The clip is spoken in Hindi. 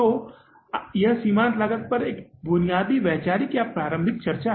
तो यह सीमांत लागत पर एक बुनियादी वैचारिक और प्रारंभिक चर्चा है